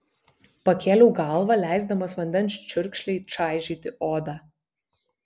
pakėliau galvą leisdamas vandens čiurkšlei čaižyti odą